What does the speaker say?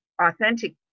authentic